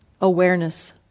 awareness